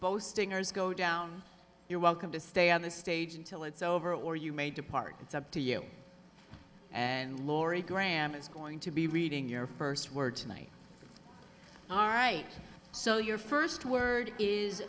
boasting ors go down you're welcome to stay on the stage until it's over or you may depart it's up to you and laurie graham is going to be reading your first word tonight all right so your first word is